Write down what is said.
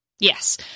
Yes